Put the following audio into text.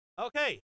Okay